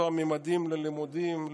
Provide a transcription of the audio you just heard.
ממדים ללימודים,